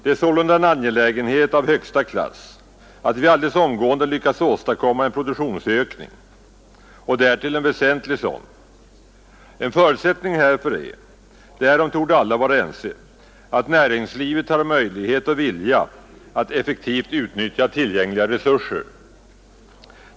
Det är sålunda en angelägenhet av högsta klass att vi alldeles omgående lyckas åstadkomma en produktionsökning — och därtill en väsentlig sådan. En förutsättning härför är — därom torde alla vara ense — att näringslivet har möjlighet och vilja att effektivt utnyttja tillgängliga resurser.